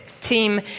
team